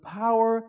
power